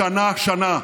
שנה-שנה.